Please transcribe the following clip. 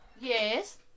Yes